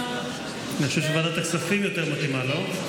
אני חושב שוועדת הכספים יותר מתאימה, לא?